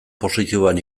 positiboan